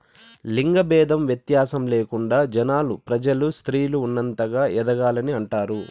లింగ భేదం వ్యత్యాసం లేకుండా జనాలు ప్రజలు స్త్రీలు ఉన్నతంగా ఎదగాలని అంటారు